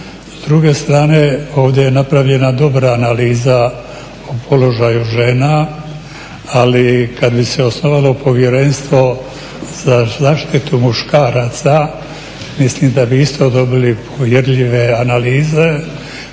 S druge strane ovdje je napravljena dobra analiza o položaju žena, ali kad bi se osnovalo Povjerenstvo za zaštitu muškaraca mislim da bi isto dobili uvjerljive analize